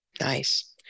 Nice